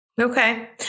Okay